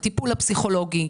הטיפול הפסיכולוגי.